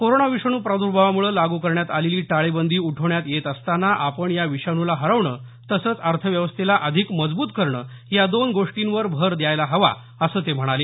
corona विषाणू प्रादर्भावामूळे लागू करण्यात आलेली टाळेबंदी उठवण्यात येत असताना आपण या विषाणूला हरवणं तसंच अर्थव्यवस्थेला अधिक मजबूत करणं या दोन गोष्टींवर भर द्यायला हवा असं ते म्हणाले